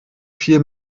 viel